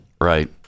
Right